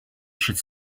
should